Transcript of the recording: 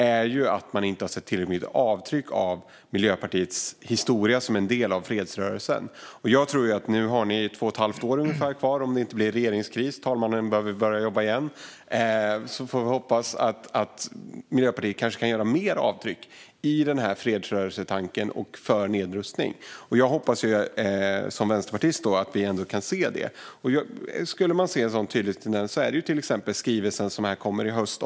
Det handlar om att vi inte har sett tillräckligt stort avtryck av Miljöpartiets historia som en del av fredsrörelsen. Ni har ungefär två och ett halvt år kvar i regeringsställning, om det inte blir regeringskris och talmannen behöver börja jobba igen. Jag som vänsterpartist hoppas att vi får se Miljöpartiet göra större avtryck utifrån fredsrörelsetanken och när det gäller nedrustning. En sådan tydlig tendens skulle kunna ses i skrivelsen om militära samarbeten som kommer i höst.